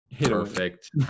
perfect